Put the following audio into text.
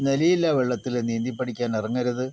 നിലയില്ല വെള്ളത്തില് നീന്തിപ്പഠിക്കാൻ ഇറങ്ങരുത്